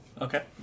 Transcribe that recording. Okay